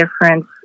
difference